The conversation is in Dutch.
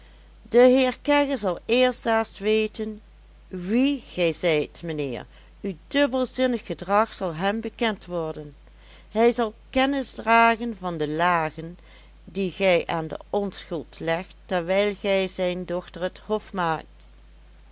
de heer kegge zal eerstdaags weten wie gij zijt mijnheer uw dubbelzinnig gedrag zal hem bekend worden hij zal kennis dragen van de lagen die gij aan de onschuld legt terwijl gij zijn dochter het hof maakt